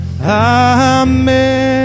Amen